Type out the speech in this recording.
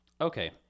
Okay